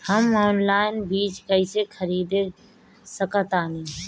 हम ऑनलाइन बीज कईसे खरीद सकतानी?